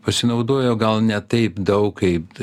pasinaudojo gal ne taip daug kaip